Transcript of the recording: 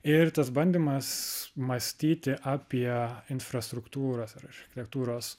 ir tas bandymas mąstyti apie infrastruktūras ir reiškia architektūros